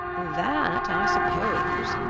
that, i suppose,